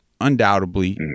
undoubtedly